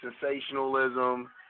sensationalism